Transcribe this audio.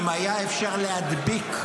אם היה אפשר להדביק,